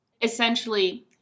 essentially